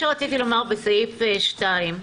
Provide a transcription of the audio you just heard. מה שרציתי לומר בסעיף (2)